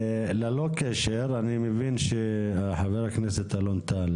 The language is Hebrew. ללא קשר אני מבין שחבר הכנסת אלון טל,